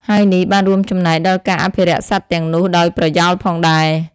ហើយនេះបានរួមចំណែកដល់ការអភិរក្សសត្វទាំងនោះដោយប្រយោលផងដែរ។